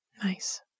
nice